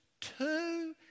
two